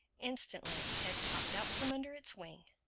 instantly its head popped out from under its wing.